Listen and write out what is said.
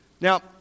Now